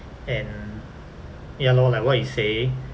and ya lor like what you say